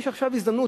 יש עכשיו הזדמנות.